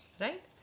Right